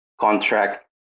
contract